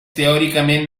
teòricament